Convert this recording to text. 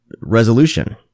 Resolution